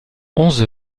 onze